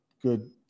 good